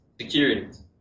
securities